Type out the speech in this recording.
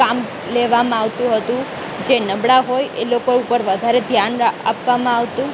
કામ લેવામાં આવતું હતું જે નબળાં હોય એ લોકો ઉપર વધારે ધ્યાન આપવામાં આવતું